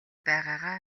байгаагаа